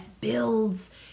builds